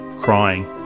crying